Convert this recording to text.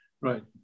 Right